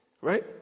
Right